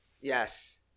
Yes